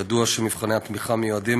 ידוע שמבחני התמיכה מיועדים